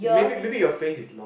maybe maybe your face is not